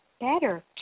better